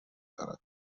دارد